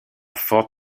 fort